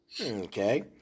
Okay